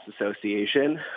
Association